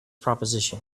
proposition